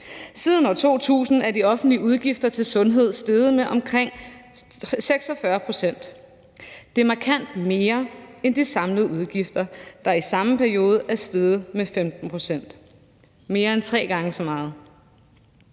Siden år 2000 er de offentlige udgifter til sundhed steget med omkring 46 pct. Det er markant mere end de samlede udgifter, der i samme periode er steget med 15 pct. – mere end tre gange så meget.